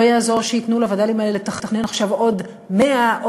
לא יעזור שייתנו לווד"לים האלה לתכנן עכשיו עוד 100,000,